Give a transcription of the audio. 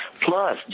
Plus